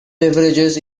beverages